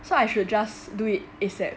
so I should just do it as soon as possible